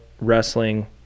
Wrestling